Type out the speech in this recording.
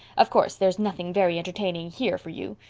of course, there's nothing very entertaining here for you.